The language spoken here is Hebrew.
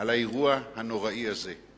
על האירוע הנוראי הזה,